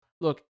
look